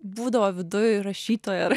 būdavo viduj rašytoja